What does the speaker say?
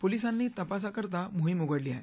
पोलिसांनी तपासाकरता मोहिम उघडली आहे